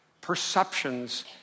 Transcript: perceptions